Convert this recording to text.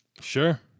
Sure